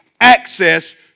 access